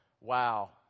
Wow